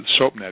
SoapNet